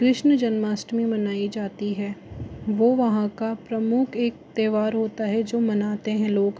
कृष्ण जन्माष्टमी मनाई जाती है वह वहाँ का प्रमुख एक त्योहार होता है जो मनाते हैं लोग